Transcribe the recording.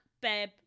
babe